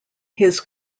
his